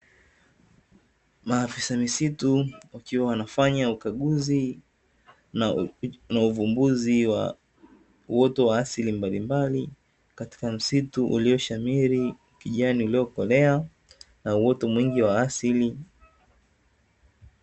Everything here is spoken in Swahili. Maafisa misitu, wakiwa wanafanya ukaguzi na uvumbuzi wa uoto wa asili mbalimbali, katika msitu ulioshamiri kijani iliokolea na uoto mwingi wa asili.